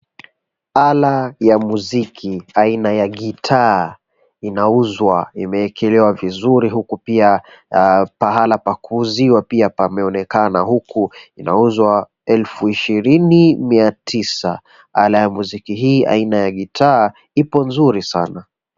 Ala ya muziki aina ya gitaa inauzwa, imeekelewa vizuri huku pia pahala pa kuuzia pia pameonekana huku inauzwa ishirini mis tisa. Ala ya muziki hii aina ya gitaa ipo nzuri sana.